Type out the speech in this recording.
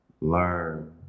learn